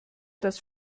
das